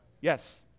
Yes